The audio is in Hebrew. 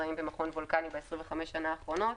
לזרעים במכון הוולקני ב-25 השנים האחרונות,